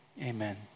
Amen